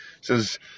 says